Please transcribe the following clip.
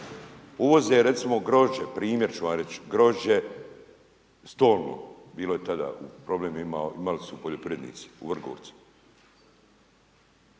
uvoze recimo grožđe primjer ću vam reći, grožđe stolno, bilo je tada, problem su imali poljoprivrednici u Vrgorcu,